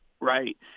Right